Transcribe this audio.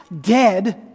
dead